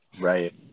Right